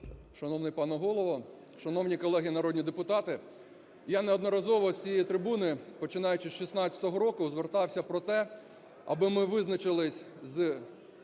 Шановний пане Голово, шановні колеги народні депутати! Я неодноразово з цієї трибуни, починаючи з 2016 року, звертався про те, аби ми визначилися з